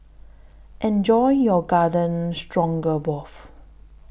Enjoy your Garden Stroganoff